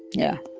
yeah.